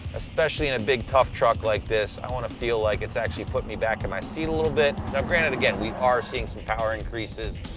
especially in a big, tough truck like this. i want to feel like it's actually putting me back in my seat a little bit. now granted, again, we are seeing some power increases.